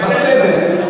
בסדר.